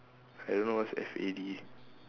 I don't know what's F A D